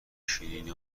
شیرینی